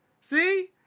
See